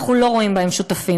אנחנו לא רואים בהם שותפים,